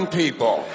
people